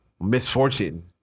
misfortune